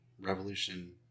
revolution